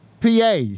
PA